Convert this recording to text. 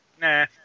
Nah